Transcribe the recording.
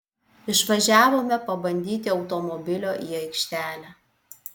išvažiavome pabandyti automobilio į aikštelę